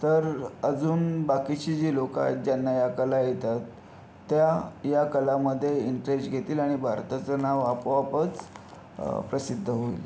तर अजून बाकीची जी लोकं आहेत ज्यांना ह्या कला येतात त्या ह्या कलामध्ये इंटरेस्ट घेतील आणि भारताचं नाव आपोआपच प्रसिद्ध होईल